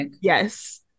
yes